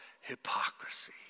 hypocrisy